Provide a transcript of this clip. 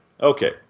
Okay